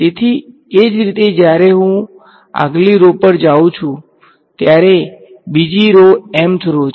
તેથી એ જ રીતે જ્યારે હું આગલી રો પર જાઉં ત્યારે આ બીજી mth રો છે